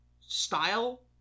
style